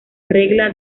regla